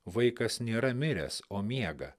vaikas nėra miręs o miega